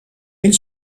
één